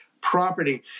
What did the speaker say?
property